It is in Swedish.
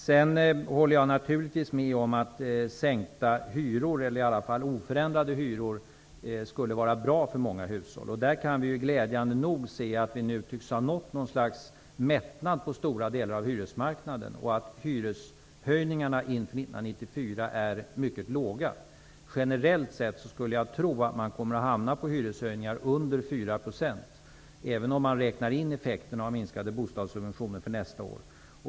Jag håller naturligtvis med om att sänkta eller i alla fall oförändrade hyror skulle vara bra för många hushåll. På den punkten kan vi glädjande nog se att vi nu tycks ha nått något slags mättnad på stora delar av hyresmarknaden och att hyreshöjningarna inför 1994 är mycket låga. Generellt sett skulle jag tro att man kommer att hamna på hyreshöjningar under 4 %, även om man räknar in effekterna av minskade bostadssubventioner för nästa år.